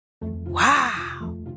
Wow